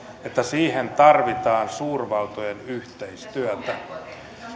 että siihen tarvitaan suurvaltojen yhteistyötä